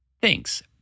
Thanks